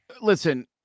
Listen